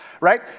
right